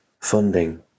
funding